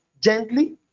gently